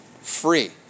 free